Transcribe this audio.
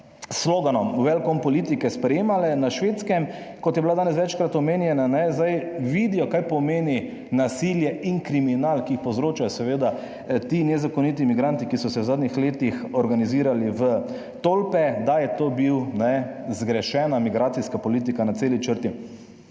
sloganom welcome-politike sprejemale. Na Švedskem, kot je bila danes večkrat omenjena, zdaj vidijo, kaj pomeni nasilje in kriminal, ki jih povzročajo seveda ti nezakoniti migranti, ki so se v zadnjih letih organizirali v tolpe, da je to bil, ne, zgrešena migracijska politika na celi črti.